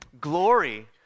glory